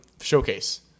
showcase